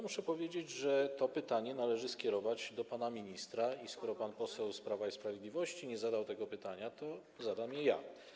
Muszę powiedzieć, że to pytanie należy skierować do pana ministra i skoro pan poseł z Prawa i Sprawiedliwości nie zadał tego pytania, to zadam je ja.